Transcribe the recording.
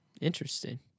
Interesting